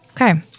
Okay